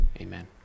Amen